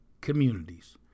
Communities